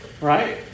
Right